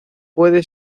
puede